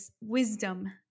wisdom